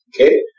okay